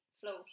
float